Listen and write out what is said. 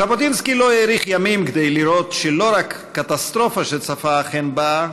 ז'בוטינסקי לא האריך ימים כדי לראות שלא רק הקטסטרופה שצפה אכן באה,